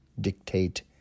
dictate